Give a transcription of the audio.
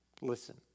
listen